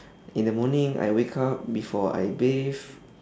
in the morning I wake up before I bathe